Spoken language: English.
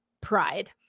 pride